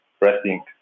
resting